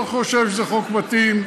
לא חושב שזה חוק מתאים,